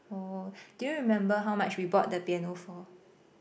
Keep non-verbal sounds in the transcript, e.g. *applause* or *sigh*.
oh do you remember how much we bought the piano for *breath*